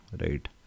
right